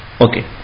Okay